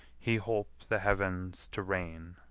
he holp the heavens to rain.